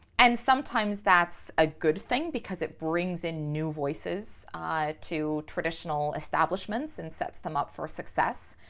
and sometimes that's a good thing because it brings in new voices to traditional establishments and sets them up for success.